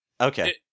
Okay